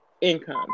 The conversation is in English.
income